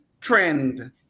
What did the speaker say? trend